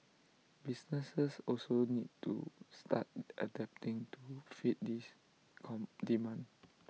businesses also need to start adapting to fit this come demand